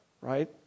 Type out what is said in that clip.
Right